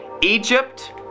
Egypt